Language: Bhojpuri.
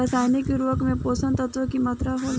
रसायनिक उर्वरक में पोषक तत्व की मात्रा होला?